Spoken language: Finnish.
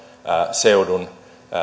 seudun